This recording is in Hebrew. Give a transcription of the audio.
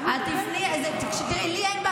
נשים, שתדבר על נשים.